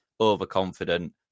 overconfident